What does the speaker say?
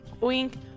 Wink